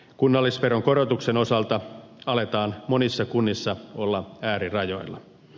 kunnallisveron korotuksen osalta aletaan monissa kunnissa olla äärirajoilla